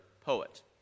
poet